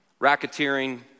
racketeering